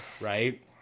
right